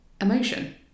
emotion